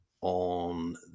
on